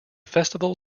festival